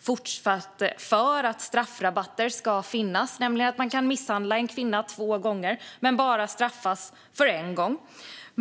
fortsatt för att straffrabatter ska finnas, det vill säga att man kan misshandla en kvinna två gånger men bara straffas för en gång.